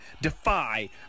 defy